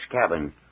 cabin